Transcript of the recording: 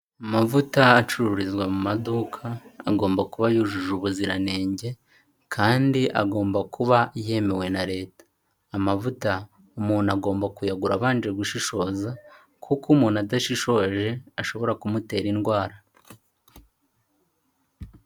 Amavuta acururizwa mu maduka agomba kuba yujuje ubuziranenge kandi agomba kuba yemewe na leta, amavuta umuntu agomba kuyagura abanje gushishoza kuko umuntu adashishoje ashobora kumutera indwara.